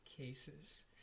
cases